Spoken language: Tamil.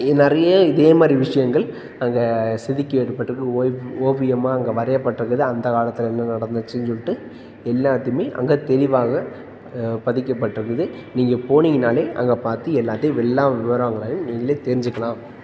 இது நிறைய இதே மாதிரி விஷயங்கள் அங்கே செதுக்கி வைக்கப்பட்டிருக்குது ஓவியம் ஓவியமாக அங்கே வரையப்பட்டிருக்குது அந்த காலத்தில் என்ன நடந்துச்சுன்னு சொல்லிட்டு எல்லாத்தைமே அங்கே தெளிவாக பதிக்கப்பட்டிருக்குது நீங்கள் போனிங்கனாலே அங்கே பார்த்து எல்லாத்தையும் எல்லா விவரங்கள் நீங்களே தெரிஞ்சுக்கலாம்